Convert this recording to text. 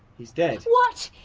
he's dead. what!